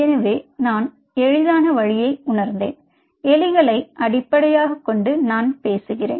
எனவே நான் எளிதான வழியை உணர்ந்தேன் எலிகளை அடிப்டையாகக் கொண்டு நான் பேசுகிறேன்